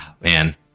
man